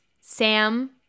Sam